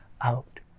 out